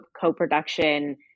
co-production